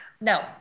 no